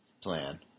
plan